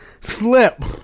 slip